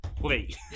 Wait